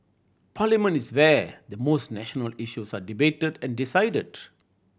parliament is where the most national issues are debated and decided